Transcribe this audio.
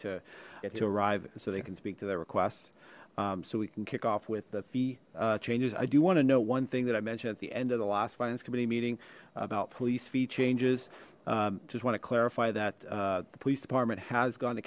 it to arrive so they can speak to their requests so we can kick off with the fee changes i do want to know one thing that i mentioned at the end of the last finance committee meeting about police fee changes just want to clarify that the police department has gone to